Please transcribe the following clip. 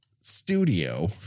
studio